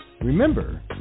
Remember